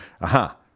Aha